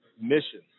mission